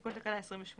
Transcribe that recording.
15.תיקון תקנה 28